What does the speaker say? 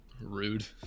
Rude